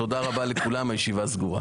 תודה רבה לכולם, הישיבה נעולה.